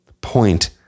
point